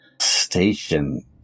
station